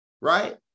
right